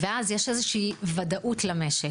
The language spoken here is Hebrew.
ואז, יש איזושהי ודאות למשק,